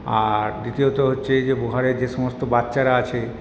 আর দ্বিতীয়ত হচ্ছে যে ঘরে যে সমস্ত বাচ্চারা আছে